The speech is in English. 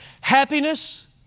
happiness